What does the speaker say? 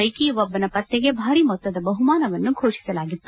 ಈ ಪೈಕಿ ಒಬ್ಬನ ಪತ್ತೆಗೆ ಭಾರಿ ಮೊತ್ತದ ಬಹುಮಾನವನ್ನು ಘೋಷಿಸಲಾಗಿತ್ತು